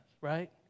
right